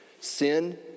Sin